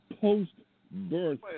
post-birth